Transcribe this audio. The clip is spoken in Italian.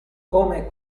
come